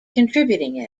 contributing